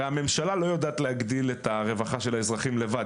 הרי הממשלה לא יודעת להגדיל את הרווחה של האזרחים לבד,